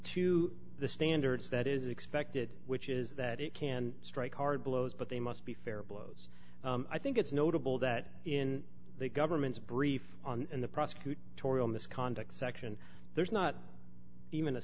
to the standards that is expected which is that it can strike hard blows but they must be fair blows i think it's notable that in the government's brief in the prosecutorial misconduct section there's not even a